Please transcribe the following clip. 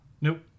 Nope